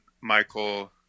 Michael